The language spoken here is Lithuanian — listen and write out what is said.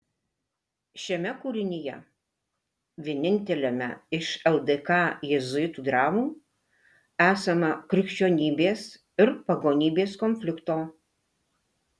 šiame kūrinyje vieninteliame iš ldk jėzuitų dramų esama krikščionybės ir pagonybės konflikto